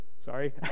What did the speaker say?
sorry